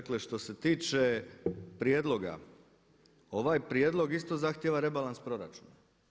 Dakle, što se tiče prijedloga ovaj prijedlog isto zahtijeva rebalans proračuna.